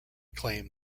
claim